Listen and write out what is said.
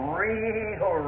real